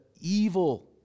evil